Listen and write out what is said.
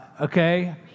okay